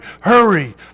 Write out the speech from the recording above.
hurry